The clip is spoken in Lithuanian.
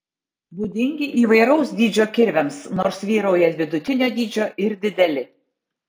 būdingi įvairaus dydžio kirviams nors vyrauja vidutinio dydžio ir dideli